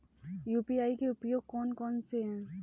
UPI के उपयोग कौन कौन से हैं?